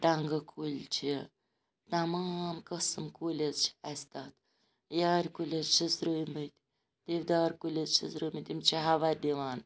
ٹَنٛگہٕ کُلۍ چھِ تَمام قسم کُلۍ حظ چھِ اَسہِ تَتھ یارِ کُلۍ حظ چھِس روٗومٕتۍ دِودار کُلۍ حظ چھِِس روٗومٕتۍ تِم چھِ ہَوا دِوان